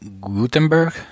Gutenberg